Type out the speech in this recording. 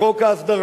מאיפה הדיבורים